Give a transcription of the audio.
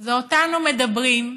זה אותנו מדברים,